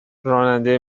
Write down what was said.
راننده